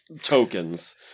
tokens